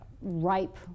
ripe